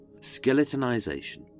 skeletonization